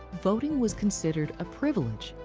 voting was considered a privilege,